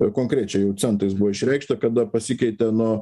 o konkrečiai jų centais buvo išreikšta kada pasikeitė nu